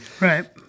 Right